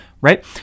right